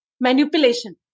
manipulation